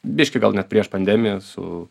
biškį gal net prieš pandemiją su